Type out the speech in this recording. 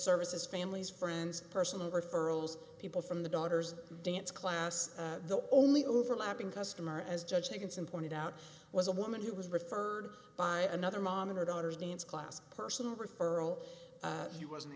services families friends personal referrals people from the daughter's dance class the only overlapping customer as judge taken some pointed out was a woman who was referred by another monitor daughter's dance class personal referral he wasn't